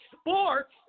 sports